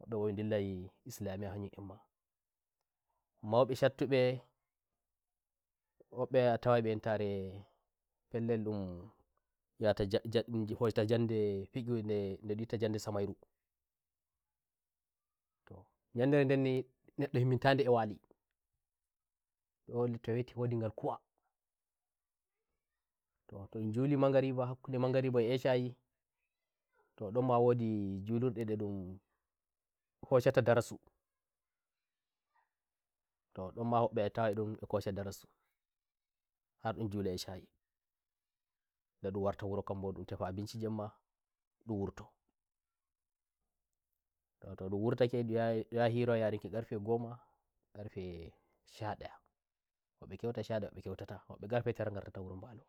wobbe mbo ndillai islamiya hayun en ma maube shattube mbewobbe a tawai mbe entare pellel ndum nyata nja nja ndun rufoita njande fiqirde nde ndun wi'ata njande samairutoh nyandere ndennineddo himminta nde e walindo to weti wodi ngal kuwatoh ndun juli magriba hakku nde magriba eh eshayitoh ndon ma wodi njulurde nde ndun hoshata darasutoh ndon ma wobbe a tawai ndum e hosha darasuhar ndum njula eshayida ndun warta wuro kadin mbo ndun tefa abinci njemma ndun wurtoto to ndun wurtake ndum ndun yahai hiroyaruki karfe goma karfe sha- dayawobbe nkeutai sha- daya wobbe keutatawobbe karfe tara ngartata mbalo